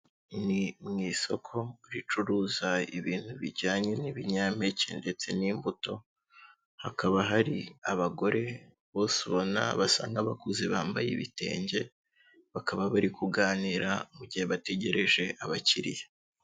Ni mu isoko ricuruza ibintu bijyanye n'ibinyampeke ndetse n'imbuto, hakaba hari abagore bose ubona basa nk'abakuze bambaye ibitenge, bakaba bari kuganira mu gihe bategereje abakiriya.